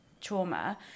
trauma